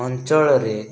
ଅଞ୍ଚଳରେ